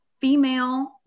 female